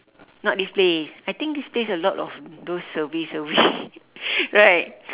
not this place I think this place a lot of those survey survey right